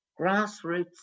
Grassroots